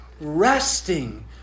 resting